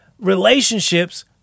relationships